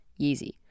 Yeezy